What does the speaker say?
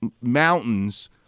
mountains